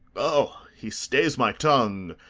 o, he stays my tongue!